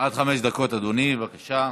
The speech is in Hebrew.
עד חמש דקות, אדוני, בבקשה.